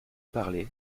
parlait